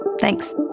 Thanks